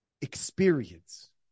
experience